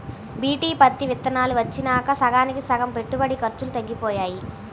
BT పత్తి విత్తనాలు వచ్చినాక సగానికి సగం పెట్టుబడి ఖర్చులు తగ్గిపోయాయి